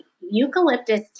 eucalyptus